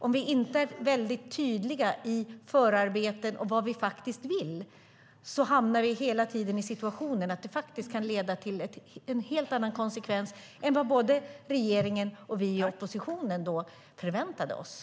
Om vi inte är väldigt tydliga i förarbetena om vad vi vill hamnar vi hela tiden i situationen att konsekvensen kan bli en helt annan än vad både regeringen och oppositionen förväntade sig.